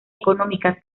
económicas